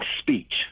Speech